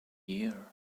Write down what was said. year